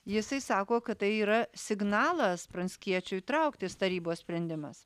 jisai sako kad tai yra signalas pranckiečiui trauktis tarybos sprendimas